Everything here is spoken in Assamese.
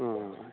অঁ